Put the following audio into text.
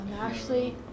Ashley